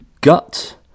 gut